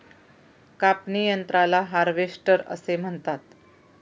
कापणी यंत्राला हार्वेस्टर असे म्हणतात